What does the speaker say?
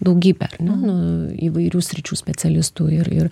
daugybė ar ne nu įvairių sričių specialistų ir ir